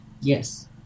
Yes